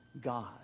God